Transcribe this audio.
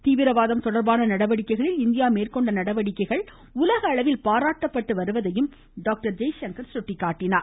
தீவிரவாதம் தொடர்பான நடவடிக்கைகளில் இந்தியா மேற்கொண்ட நடவடிக்கைகள் உலகளவில் பாராட்டப்பட்டு வருவதையும் டாக்டர் ஜெய்சங்கர் எடுத்துரைத்தார்